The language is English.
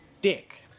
dick